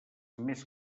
més